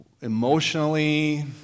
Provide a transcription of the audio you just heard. emotionally